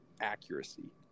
accuracy